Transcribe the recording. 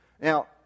Now